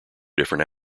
different